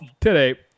today